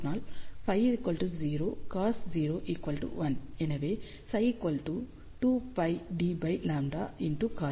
அதனால் Φ 0 cos 0 1